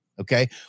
Okay